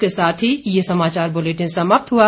इसी के साथ ये समाचार बुलेटिन समाप्त हुआ